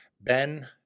Ben